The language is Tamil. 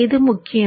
அது முக்கியம்